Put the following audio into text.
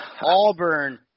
Auburn